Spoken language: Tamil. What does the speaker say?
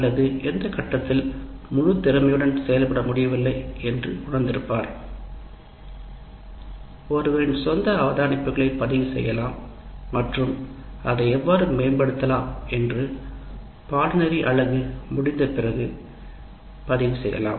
அல்லது எந்த கட்டத்தில் முழுத் திறமையுடன் செயல்பட முடியவில்லை என்று உணர்ந்திருப்பார் ஒருவரின் சொந்த அவதானிப்புகளை பதிவு செய்யலாம் மற்றும் அதை எவ்வாறு மேம்படுத்தலாம் என்று பாட நெறி பகுதி முடிந்த உடனே பதிவு செய்யலாம்